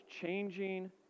changing